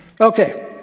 Okay